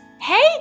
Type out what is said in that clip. Hey